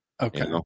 Okay